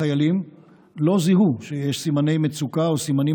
החיילים לא זיהו שיש סימני מצוקה או סימנים